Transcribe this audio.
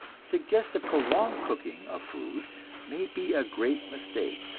suggest that prolonged cooking of food may be a great mistake.